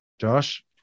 Josh